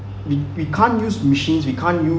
we we can't use machines we can't u~